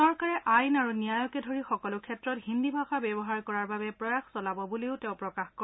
চৰকাৰে আইন আৰু ন্যায়কে ধৰি সকলো ক্ষেত্ৰত হিন্দী ভাষা ব্যৱহাৰ কৰাৰ বাবে প্ৰয়াস চলাব বুলি তেওঁ প্ৰকাশ কৰে